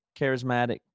charismatic